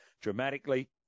dramatically